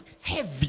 heavy